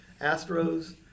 Astros